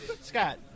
Scott